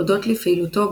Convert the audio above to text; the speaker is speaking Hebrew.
הודות לפעילותו,